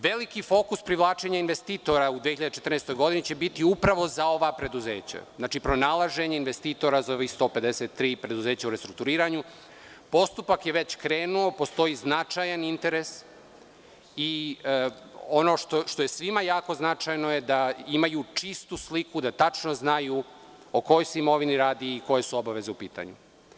Veliki fokus privlačenja investitora u 2014. godini će biti upravo za ova preduzeća, pronalaženje investitora za ova 153 preduzeća u restrukturiranju, postupak je već krenuo, postoji značajan interes i ono što je svima jako značajno je da imaju čistu sliku, da tačno znaju o kojoj se imovini radi i koje su obaveze u pitanju.